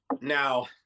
now